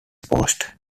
post